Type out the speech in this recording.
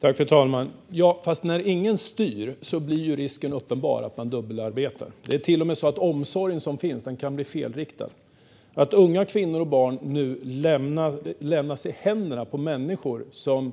Fru talman! Fast när ingen styr blir risken uppenbar att man dubbelarbetar. Det är till och med så att den omsorg som finns kan bli felriktad. Att unga kvinnor och barn nu lämnas i händerna på människor som